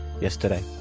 yesterday